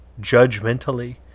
judgmentally